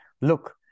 look